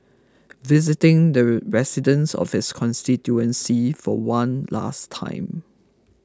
visiting the residents of his constituency for one last time